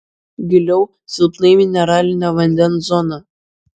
giliau silpnai mineralinio vandens zona